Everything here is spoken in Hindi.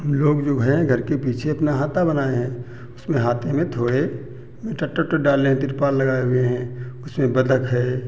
हम लोग जो हैं घर के पीछे अपना हाता बनाए हैं उसमें हाते में थोड़े में टट्टर ओट्टर डाले हैं तिरपाल लगाए हुए हैं उसमें बतख है